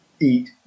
eat